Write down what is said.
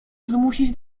zmusić